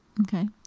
Okay